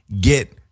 get